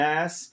ass